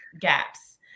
gaps